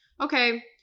okay